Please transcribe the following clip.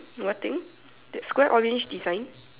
what thing that Square orange design